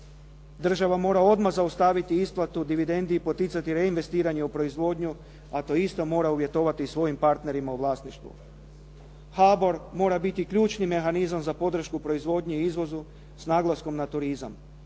Država mora odmah zaustaviti isplatu dividendi i poticati reinvestiranje u proizvodnju, a to isto mora uvjetovati svojim partnerima u vlasništvu. HBOR mora biti ključni mehanizam za podršku proizvodnji i izvozu s naglaskom za turizam.